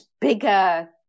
bigger